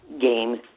games